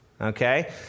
Okay